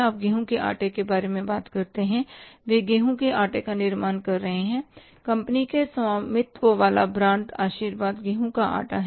आप गेहूं के आटे के बारे में बात करते हैं वे गेहूं के आटे का निर्माण कर रहे हैं कंपनी के स्वामित्व वाला ब्रांड आशीर्वाद गेहूं का आटा है